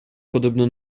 podobno